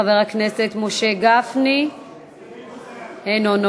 חבר הכנסת משה גפני, נוכח.